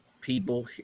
people